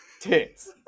tits